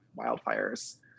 wildfires